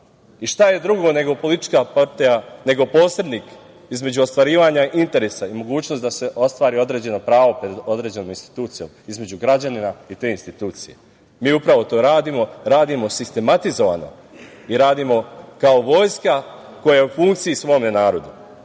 Šta je drugo politička partija nego posrednik između ostvarivanja interesa i mogućnosti da se ostvari određeno pravo pred određenom institucijom između građanina i te institucije. Mi upravo to radimo, radimo sistematizovano i radimo kao vojska koja je u funkciji smo narodu.